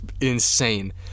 insane